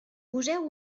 poseu